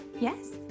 Yes